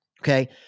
Okay